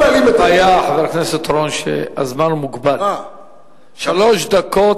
הבעיה, חבר הכנסת אורון, שהזמן מוגבל, שלוש דקות.